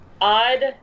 odd